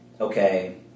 okay